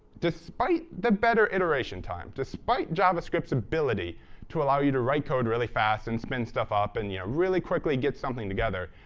despite the better iteration time, despite javascript's ability to allow you to write code really fast and spin stuff up and you know really quickly get something together,